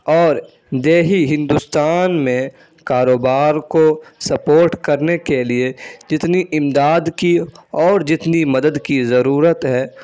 اور دیہی ہندوستان میں کاروبار کو سپورٹ کرنے کے لیے جتنی امداد کی اور جتنی مدد کی ضرورت ہے